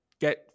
get